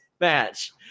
match